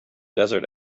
desert